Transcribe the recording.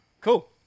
Cool